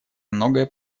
многое